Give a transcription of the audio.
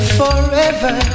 forever